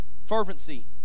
Fervency